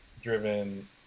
driven